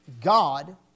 God